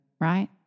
right